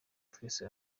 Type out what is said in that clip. twese